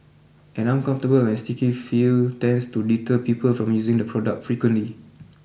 an uncomfortable and sticky feel tends to deter people from using the product frequently